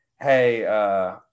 Hey